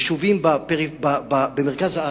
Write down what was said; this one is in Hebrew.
יישובים במרכז הארץ,